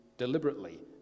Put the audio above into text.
Deliberately